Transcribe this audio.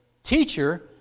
Teacher